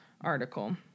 article